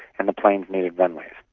and the planes needed runways.